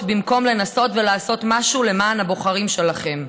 במקום לנסות ולעשות משהו למען הבוחרים שלכם.